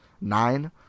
nine